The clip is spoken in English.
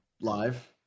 Live